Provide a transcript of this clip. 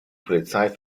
polizei